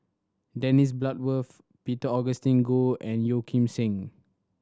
Dennis Bloodworth Peter Augustine Goh and Yeo Kim Seng